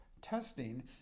testing